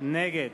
נגד